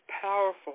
powerful